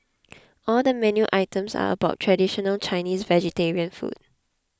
all the menu items are about traditional Chinese vegetarian food